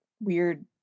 weird